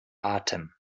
atem